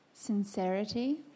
Sincerity